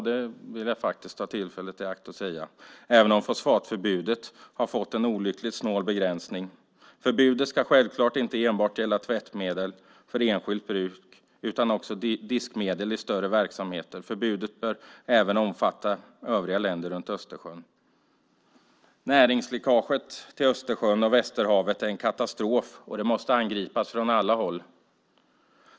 Det vill jag faktiskt ta tillfället i akt och säga, även om fosfatförbudet har fått en olyckligt snål begränsning. Förbudet ska självfallet inte enbart gälla tvättmedel för enskilt bruk utan också diskmedel i större verksamheter. Förbudet bör även omfatta övriga länder runt Östersjön. Näringsläckaget till Östersjön och Västerhavet är en katastrof och måste angripas från alla håll.